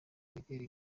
imideli